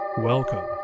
Welcome